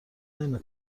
نمی